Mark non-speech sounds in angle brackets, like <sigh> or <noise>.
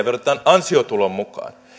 <unintelligible> verotetaan ansiotulon mukaan